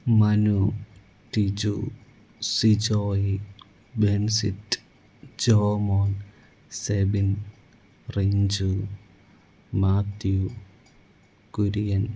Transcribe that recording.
Manu Tiju Sijoy Bensit Jomon Sebin Renju Mathew Kurian